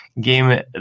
game